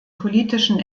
politischen